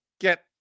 get